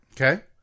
Okay